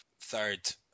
third